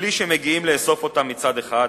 בלי שמגיעים לאסוף אותם, מצד אחד,